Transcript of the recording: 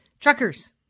Truckers